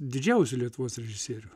didžiausių lietuvos režisierių